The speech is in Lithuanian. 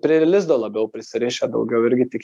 prie lizdo labiau prisirišę daugiau irgi tik